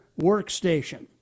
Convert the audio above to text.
workstation